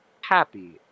happy